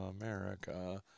America